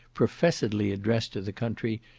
professedly addressed to the country,